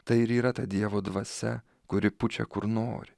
tai ir yra ta dievo dvasia kuri pučia kur nori